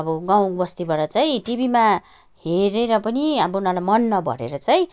अब गाउँ बस्तीबाट चाहिँ टिभीमा हेरेर पनि अब उनीहरूलाई मन नभरेर चाहिँ